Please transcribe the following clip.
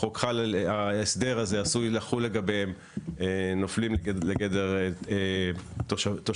שההסדר הזה עשוי לחול לגביהם נופלים לגדר תושבים.